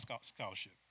scholarship